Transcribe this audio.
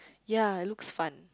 ya it looks fun